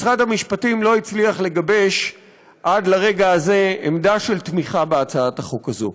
משרד המשפטים לא הצליח לגבש עד לרגע הזה עמדה של תמיכה בהצעת החוק הזו.